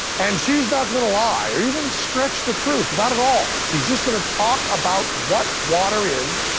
and she's not going to lie, or even stretch the truth. not at all. she's just going to talk about what water is,